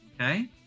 okay